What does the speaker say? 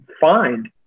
find